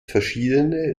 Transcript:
verschiedene